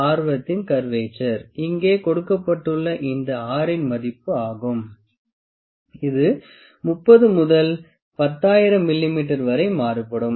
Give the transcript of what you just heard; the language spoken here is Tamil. ஆரத்தின் கர்வெட்சர் இங்கே கொடுக்கப்பட்டுள்ள இந்த R இன் மதிப்பு ஆகும் இது 30 முதல் 10000 மிமீ வரை மாறுபடும்